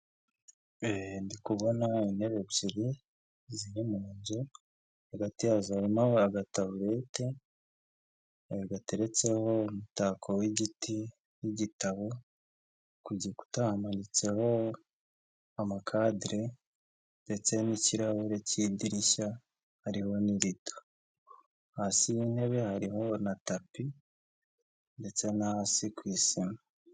Ndi kubona intebe ebyiri ziri mu nzu hagati yazo harimo agataborete, gateretseho umutako w'igiti n'igitabo, ku gikuta hamanitseho amakadire ndetse n'ikirahure k'idirishya hariho n'gito, hasi y'intebe harimo na tapi ndetse no hasi ku isima.